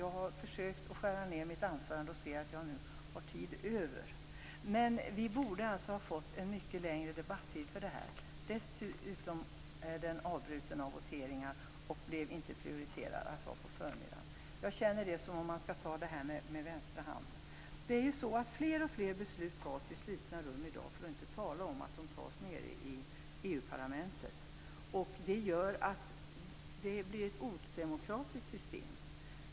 Jag har försökt skära ned mitt anförande, och nu ser jag att jag har tid över. Vi borde ha fått en mycket längre debattid för detta. Debatten avbryts för votering, och frågan blev inte prioriterad för att tas upp på förmiddagen. Jag känner det som att man skall ta det här med vänster hand. Fler och fler beslut tas i slutna rum i dag, för att inte tala om de som fattas nere i EU parlamentet. Det ger ett odemokratiskt system.